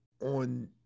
on